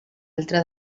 altra